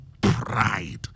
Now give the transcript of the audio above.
pride